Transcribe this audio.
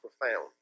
profound